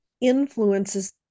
influences